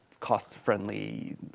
cost-friendly